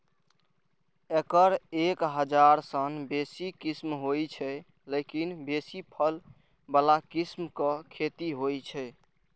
एकर एक हजार सं बेसी किस्म होइ छै, लेकिन बेसी फल बला किस्मक खेती होइ छै